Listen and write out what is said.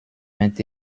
vingt